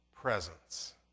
presence